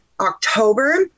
October